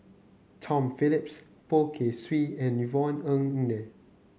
Tom Phillips Poh Kay Swee and Yvonne Ng Uhde